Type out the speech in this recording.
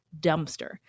dumpster